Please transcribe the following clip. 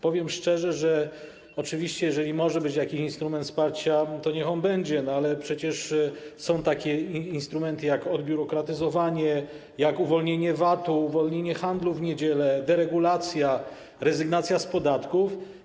Powiem szczerze, że jeżeli może być jakiś instrument wsparcia, to oczywiście niech on będzie, ale przecież są takie instrumenty jak odbiurokratyzowanie, jak uwolnienie VAT-u, uwolnienie handlu w niedziele, deregulacja, rezygnacja z podatków.